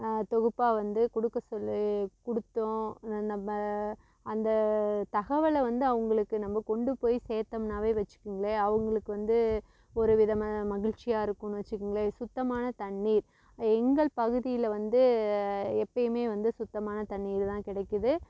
தொகுப்பாக வந்து கொடுக்கச்சொல்லி கொடுத்தோம் நம்ம அந்த தகவலை வந்து அவங்களுக்கு நம்ம கொண்டு போய் சேர்த்தம்னாவே வச்சிக்கோங்களேன் அவங்களுக்கு வந்து ஒரு விதமான மகிழ்ச்சியாக இருக்குதுன்னு வச்சிக்கோங்களேன் சுத்தமான தண்ணீர் எங்கள் பகுதியில் வந்து எப்போயுமே வந்து சுத்தமான தண்ணீர் தான் கிடைக்குது